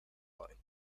line